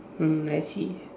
mm I see